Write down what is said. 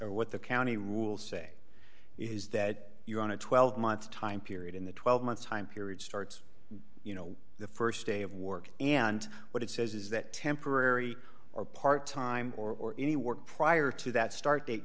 or what the county rules say is that you want a twelve month time period in the twelve months time period starts you know the st day of work and what it says is that temporary or part time or any work prior to that start date